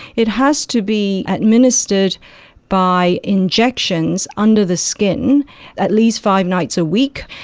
it has to be administered by injections under the skin at least five nights a week.